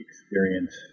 experience